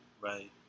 Right